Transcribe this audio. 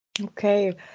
Okay